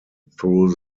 through